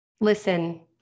Listen